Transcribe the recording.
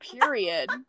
period